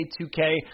2K